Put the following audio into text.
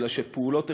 אלא שפעולות הכרחיות,